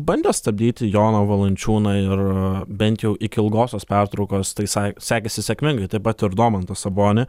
bandė stabdyti joną valančiūną ir bent jau iki ilgosios pertraukos tai sai sekėsi sėkmingai taip pat ir domantą sabonį